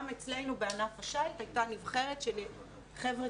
גם אצלנו בענף השייט הייתה נבחרת של חבר'ה